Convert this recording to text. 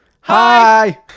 Hi